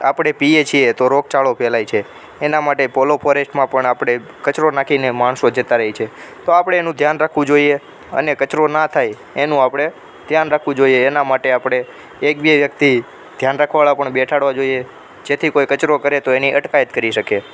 આપણે પીએ છીએ તો રોગચાળો ફેલાય છે એના માટે પોલો ફોરેસ્ટમાં પણ આપણે કચરો નાખીને માણસો જતા રહે છે તો આપણે એનું ધ્યાન રાખવું જોઈએ અને કચરો ના થાય એનું આપણે ધ્યાન રાખવું જોઈએ એના માટે આપણે એક બે વ્યક્તિ ધ્યાન રાખવા વાળા પણ બેસાડવા જોઈએ જેથી કોઈ કચરો કરે તો એની અટકાયત કરી શકે